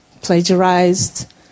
plagiarized